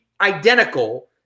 identical